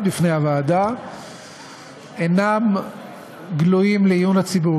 בפני הוועדה אינם גלויים לעיון הציבור.